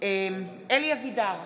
(קוראת בשמות חברי הכנסת) אלי אבידר,